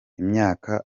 imyaka